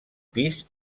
pis